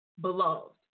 Beloved